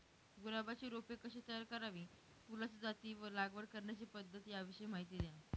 गुलाबाची रोपे कशी तयार करावी? फुलाच्या जाती व लागवड करण्याची पद्धत याविषयी माहिती द्या